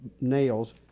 nails